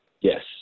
Yes